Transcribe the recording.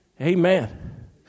Amen